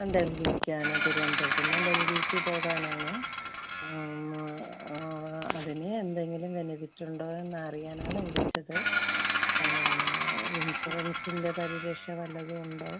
ഡെൽഹിക്കാണ് തിരുവനന്തപുരത്ത് നിന്ന് ഡൽഹിക്ക് പോകാനാണ് അതിന് എന്തെങ്കിലും ബെനഫിറ്റുണ്ടോ എന്നറിയാനാണ് വിളിച്ചത് ഇൻഷുറൻസിൻ്റെ പരിരക്ഷ വല്ലതും ഉണ്ടോ